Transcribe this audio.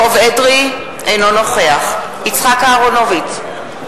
אינו נוכח יצחק אהרונוביץ,